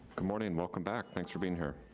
good morning and welcome back, thanks for being here.